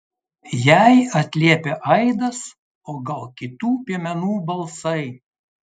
jai atliepia aidas o gal kitų piemenų balsai